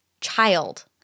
child